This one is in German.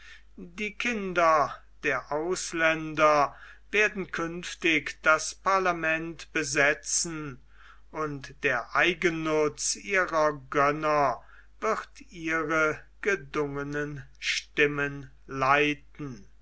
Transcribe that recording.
die kinder der ausländer werden künftig das parlament besetzen und der eigennutz ihrer gönner wird ihre gedungenen stimmen leiten